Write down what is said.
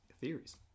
theories